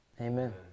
Amen